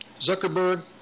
Zuckerberg